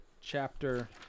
Chapter